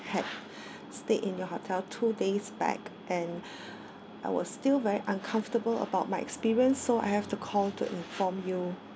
had stayed in your hotel two days back and I was still very uncomfortable about my experience so I have to call to inform you